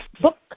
book